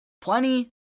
plenty